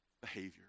behavior